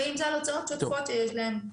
ואם זה על הוצאות שוטפות שיש להם.